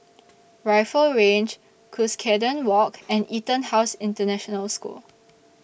Rifle Range Cuscaden Walk and Etonhouse International School